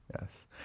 yes